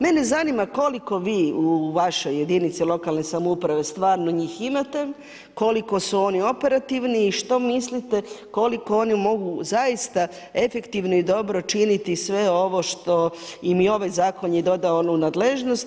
Mene zanima koliko vi u vašoj jedinici lokalne samouprave stvarno njih imate, koliko su oni operativni i što mislite koliko oni mogu zaista efektivno i dobro činiti sve ovo što im ovaj zakon je dodao u nadležnost.